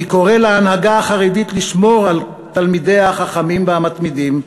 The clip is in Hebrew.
אני קורא להנהגה החרדית לשמור על תלמידיה החכמים והמתמידים,